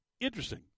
interesting